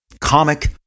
comic